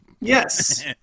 Yes